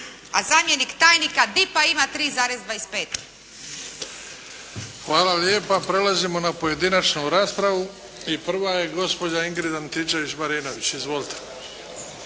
a zamjenik tajnika DIP-a ima 3,25. **Bebić, Luka (HDZ)** Hvala lijepa. Prelazimo na pojedinačnu raspravu. Prva je gospođa Ingrid Antičević-Marinović. Izvolite.